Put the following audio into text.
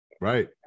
Right